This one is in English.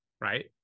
right